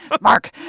Mark